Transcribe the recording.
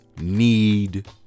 need